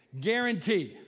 guarantee